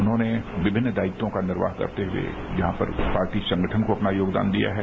उन्होंने विभिन्न दायित्वों का निर्वाह करते हुए यहां पर पार्टी संगठन को अपना योगदान दिया है